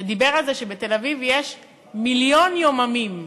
שדיבר על זה שבתל-אביב יש מיליון יוֹממים,